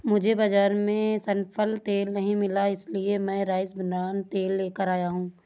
मुझे बाजार में सनफ्लावर तेल नहीं मिला इसलिए मैं राइस ब्रान तेल लेकर आया हूं